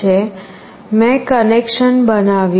છે મેં કનેક્શન બનાવ્યું છે